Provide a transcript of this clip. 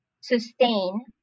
sustain